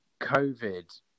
COVID